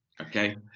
Okay